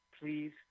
please